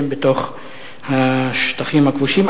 הן בתוך השטחים הכבושים,